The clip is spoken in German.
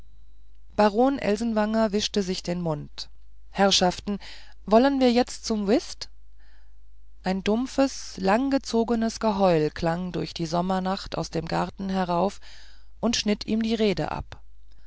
baron elsenwanger wischte sich den mund herrschaften wollen wir jetzt zum whist ein dumpfes langgezogenes geheul klang durch die sommernacht aus dem garten herauf und schnitt ihm die rede ab